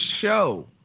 show